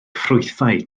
ffrwythau